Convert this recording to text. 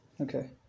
Okay